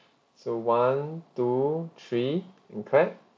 so one two three and clap